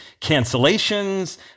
cancellations